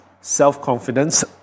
self-confidence